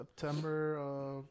September